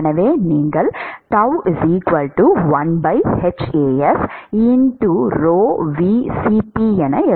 எனவே நீங்கள் ԏ1 hAs ρVCp என எழுதலாம்